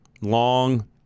long